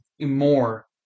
more